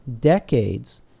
decades